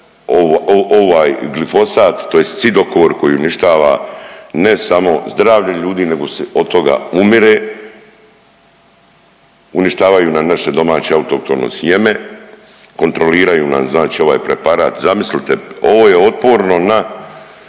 ovaj glifosat tj. cidokor koji uništava ne samo zdravlje ljudi nego se od toga umire, uništavaju nam naše domaće autohtono sjeme, kontroliraju nam ovaj preparat. Zamislite ovo je otporno na